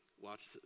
Watch